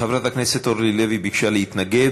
חברת הכנסת אורלי לוי אבקסיס ביקשה להתנגד.